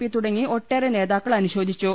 P തുട ങ്ങി ഒട്ടേറെ നേതാക്കൾ അനുശോചിച്ചു